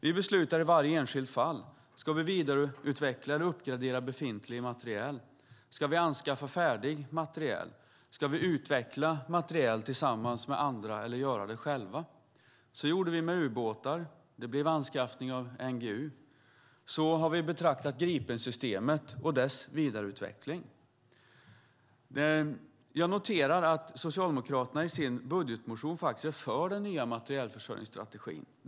Vi beslutar i varje enskilt fall. Ska vi vidareutveckla eller uppgradera befintlig materiel? Ska vi anskaffa färdig materiel? Ska vi utveckla materiel tillsammans med andra eller på egen hand? Vi gjorde så med ubåtar, och det blev anskaffning av NGU, och så har vi betraktat Gripensystemet och dess vidareutveckling. Jag noterar att Socialdemokraterna i sin budgetmotion är för den nya materielförsörjningsstrategin.